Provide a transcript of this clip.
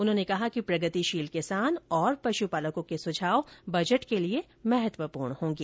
उन्होंने कहा कि प्रगतिशील किसान और पशुपालकों के सुझाव बजट के लिए महत्वपूर्ण होगें